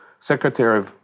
Secretary